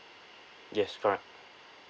yes correct